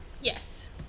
Yes